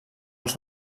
els